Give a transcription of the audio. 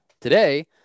Today